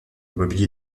mobilier